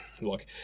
look